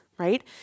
right